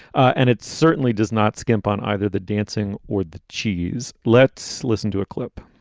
and it certainly does not skimp on either the dancing or the cheese. let's listen to a clip.